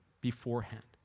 beforehand